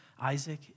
Isaac